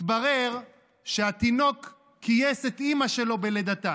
התברר שהתינוק כייס את אימא שלו בלידתה.